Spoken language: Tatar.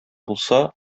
булса